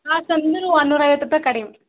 last ಅಂದ್ರೆ one ನೂರ ಐವತ್ತು ರೂಪಾಯಿ ಕಡಿಮೆ